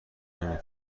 نمی